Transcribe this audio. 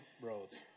Roads